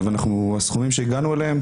הסכומים שהגענו אליהם,